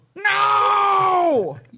No